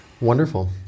Wonderful